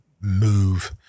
move